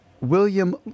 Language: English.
William